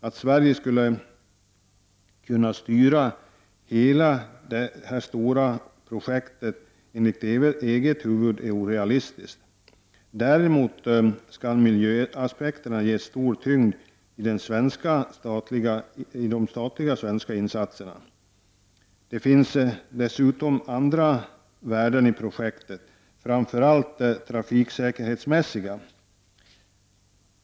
Att Sverige skulle kunna styra hela detta stora projekt enligt eget huvud är orealistiskt. Däremot skall miljöaspekterna ges stor tyngd i de svenska statliga insatserna. Det finns dessutom andra värden i projekten, framför allt trafiksäkerhetsmässiga.